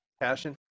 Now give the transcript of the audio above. passion